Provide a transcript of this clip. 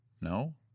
No